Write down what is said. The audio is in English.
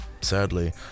Sadly